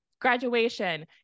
graduation